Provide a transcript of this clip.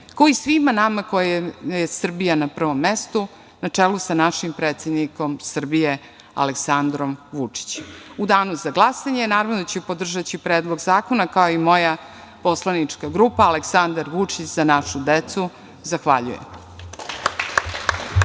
svima nama kojima je Srbija na prvom mestu na čelu sa našim predsednikom Srbije Aleksandrom Vučićem.U danu za glasanje, naravno da ću podržati Predlog zakona, kao i moja poslanička grupa Aleksandar Vučić – Za našu decu. Zahvaljujem.